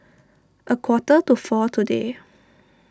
a quarter to four today